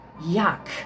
Yuck